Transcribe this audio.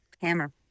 Hammer